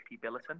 Billiton